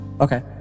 Okay